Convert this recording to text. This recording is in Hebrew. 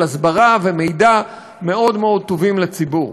הסברה ומידע מאוד מאוד טובים לציבור.